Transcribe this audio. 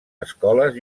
escoles